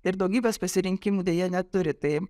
ir daugybės pasirinkimų deja neturi tai